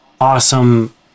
awesome